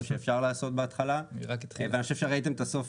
שאפשר לעשות בהתחלה ואני חושב שראיתם את הסוף,